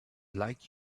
like